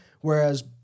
whereas